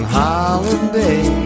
holiday